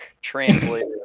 translator